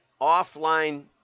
offline